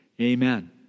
Amen